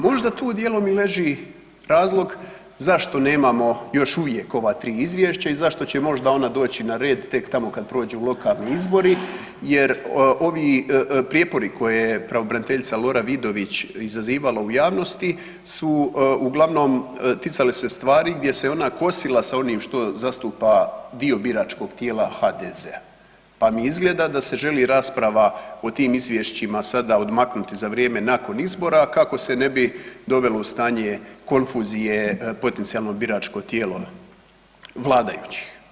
Možda tu dijelom i leži razlog zašto nemamo još uvijek ova tri izvješća i zašto će možda ona doći na red tek tamo kad prođu lokalni izbori jer ovi prijepori koje je pravobraniteljica Lora Vidović izazivala u javnosti su uglavnom ticale se stvari gdje se ona kosila sa onim što zastupa dio biračkog tijela HDZ-a pa mi izgleda da se želi rasprava o tim izvješćima sada odmaknuti za vrijeme nakon izbora kako se ne bi dovelo u stanje konfuzije potencijalno biračko tijelo vladajućih.